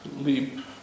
leap